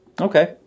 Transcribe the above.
Okay